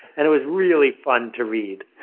and it was really fun to read.